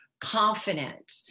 confident